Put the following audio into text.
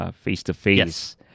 face-to-face